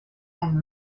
and